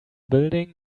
building